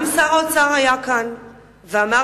גם שר האוצר היה כאן ואמר,